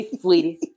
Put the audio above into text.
sweetie